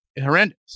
horrendous